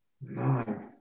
No